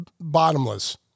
bottomless